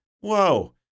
Whoa